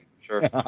sure